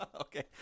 Okay